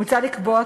מוצע לקבוע,